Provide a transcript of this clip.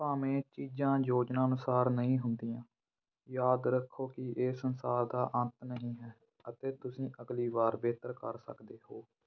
ਭਾਵੇਂ ਚੀਜ਼ਾਂ ਯੋਜਨਾ ਅਨੁਸਾਰ ਨਹੀਂ ਹੁੰਦੀਆਂ ਯਾਦ ਰੱਖੋ ਕੀ ਇਹ ਸੰਸਾਰ ਦਾ ਅੰਤ ਨਹੀਂ ਹੈ ਅਤੇ ਤੁਸੀਂ ਅਗਲੀ ਵਾਰ ਬਿਹਤਰ ਕਰ ਸਕਦੇ ਹੋ